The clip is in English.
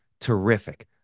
terrific